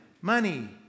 money